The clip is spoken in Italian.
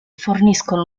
forniscono